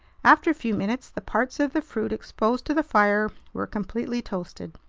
after a few minutes, the parts of the fruit exposed to the fire were completely toasted.